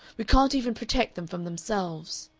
we can't even protect them from themselves.